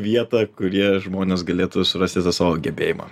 vietą kurie žmonės galėtų surasti tą savo gebėjimą